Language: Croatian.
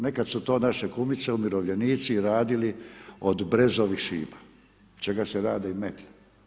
Nekad su to naše kumice, umirovljenici radili od brezovih šiba, od čega se rade i metle.